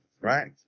Right